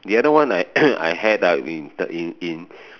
the other one I I have ah in in in